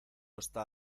está